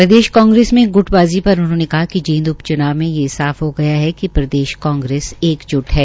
प्रदेश में ग्र्टबाज़ी पर उन्होंने कहा कि जींद उपच्नाव में ये साफ हो गया है कि प्रदेश कांग्रेस एक्ज्ट है